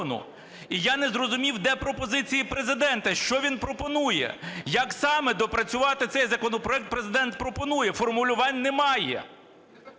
І я не зрозумів, де пропозиції Президента, що він пропонує, як саме допрацювати цей законопроект Президент пропонує. Формулювань немає.